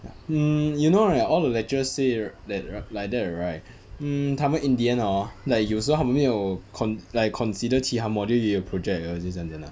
hmm you know right all the lecturer say rig~ that like that right hmm 他们 in the end hor like 有时候他们没有 con~ like consider 其他 module 也有 project 的其实真的 leh